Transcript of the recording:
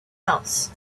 else